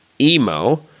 emo